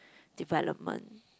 development